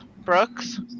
Brooks